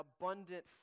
abundant